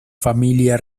familia